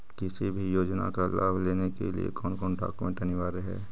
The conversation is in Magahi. किसी भी योजना का लाभ लेने के लिए कोन कोन डॉक्यूमेंट अनिवार्य है?